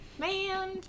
man